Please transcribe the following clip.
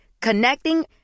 Connecting